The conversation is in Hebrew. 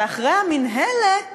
ואחרי הקמת המינהלת